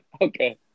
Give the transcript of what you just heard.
okay